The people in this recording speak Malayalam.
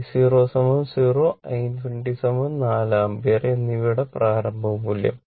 I0 0 i ∞ 4 ആമ്പിയർ എന്നിവയുടെ പ്രാരംഭ മൂല്യം